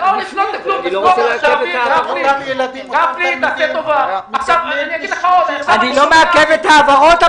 אפנה, אבל אני לא רוצה לעכב את ההעברות.